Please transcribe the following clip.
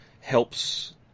helps